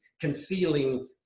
concealing